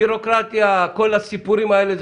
הבירוקרטיה, כל הסיפורים האלה.